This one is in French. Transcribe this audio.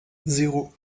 zéro